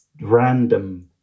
random